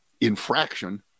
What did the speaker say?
infraction